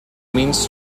means